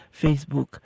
Facebook